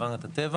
החברה להגנת הטבע.